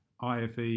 ife